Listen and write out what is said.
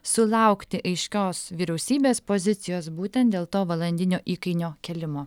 sulaukti aiškios vyriausybės pozicijos būtent dėl to valandinio įkainio kėlimo